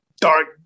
dark